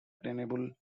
attainable